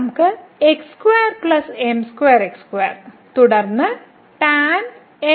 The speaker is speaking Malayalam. ഇവിടെ നമുക്ക് തുടർന്ന് ഈ ഉണ്ടാകും